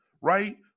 right